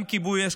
גם כיבוי אש.